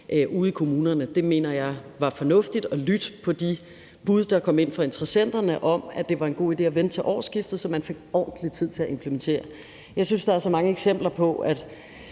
ude i kommunerne. Jeg mener, det var fornuftigt at lytte til de bud, der kom ind fra interessenterne, om, at det var en god idé at vente til årsskiftet, så man fik ordentlig tid til at implementere. Jeg synes, der er så mange eksempler på, at